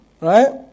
Right